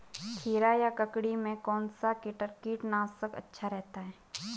खीरा या ककड़ी में कौन सा कीटनाशक अच्छा रहता है?